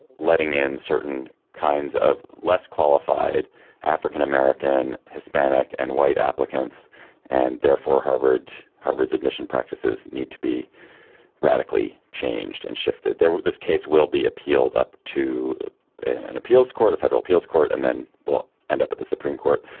letting in certain kinds of less qualified african-american hispanic and white applicants and therefore harvard harvard's admissions practices need to be radically changed and shifted. this case will be appealed up to an appeals court a federal appeals court and then but end up at the supreme court.